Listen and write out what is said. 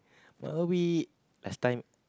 uh we last time